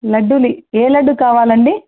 లడ్లు ఏ లడ్డు కావాలండి